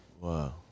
Wow